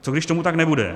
Co když tomu tak nebude?